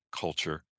culture